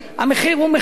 המחיר הוא מחיר,